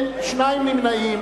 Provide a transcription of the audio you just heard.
שני נמנעים.